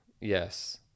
Yes